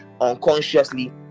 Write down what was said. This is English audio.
unconsciously